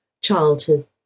childhood